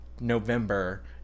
November